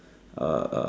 uh uh